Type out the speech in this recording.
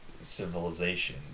civilization